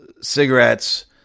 cigarettes